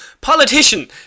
politician